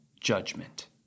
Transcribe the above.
judgment